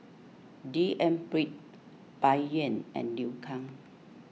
D N Pritt Bai Yan and Liu Kang